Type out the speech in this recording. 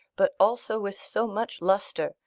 but also with so much lustre,